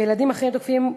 וילדים אחרים תוקפים,